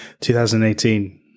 2018